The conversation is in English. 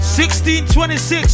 1626